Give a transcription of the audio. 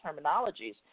terminologies